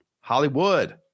Hollywood